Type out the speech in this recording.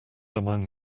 among